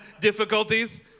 difficulties